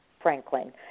Franklin